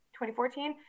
2014